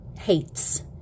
hates